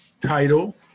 title